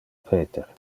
peter